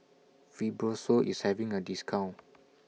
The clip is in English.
Fibrosol IS having A discount